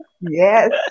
yes